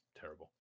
terrible